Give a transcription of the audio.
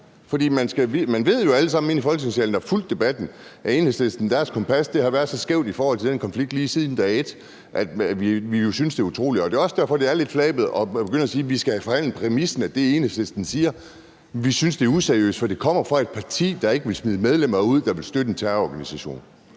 man ved jo alle sammen inde i Folketingssalen, der har fulgt debatten, at Enhedslistens kompas har været så skævt i forhold til den konflikt lige siden dag et, at vi synes, det er utroligt. Det er også derfor, det er lidt flabet at begynde at sige, at vi skal forhandle præmissen – at det er det, Enhedslisten siger. Vi synes, det er useriøst, for det kommer fra et parti, der ikke vil smide medlemmer ud, der vil støtte en terrororganisation.